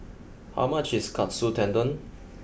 how much is Katsu Tendon